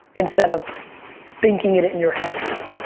instead of thinking it it in your heads.